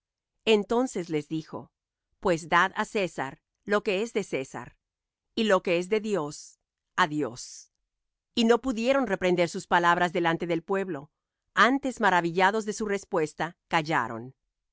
entonces les dijo pues dad á césar lo que es de césar y lo que es de dios á dios y no pudieron reprender sus palabras delante del pueblo antes maravillados de su respuesta callaron